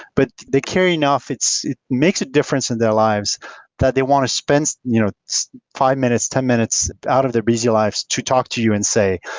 but they care enough. it makes a difference in their lives that they want to spend so you know five minutes, ten minutes out of their busy lives to talk to you and say,